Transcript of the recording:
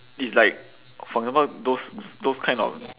it's like for example those those kind of